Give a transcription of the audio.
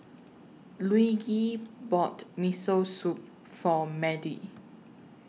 Luigi bought Miso Soup For Madie